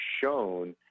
shown